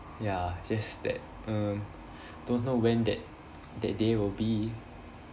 ya just that err don't know when that that day will be